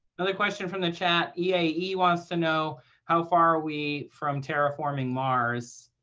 another question from the chat, yeah eae wants to know how far are we from terraforming mars.